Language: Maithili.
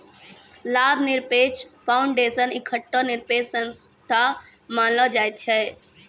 लाभ निरपेक्ष फाउंडेशन एकठो निरपेक्ष संस्था मानलो जाय छै